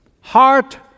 heart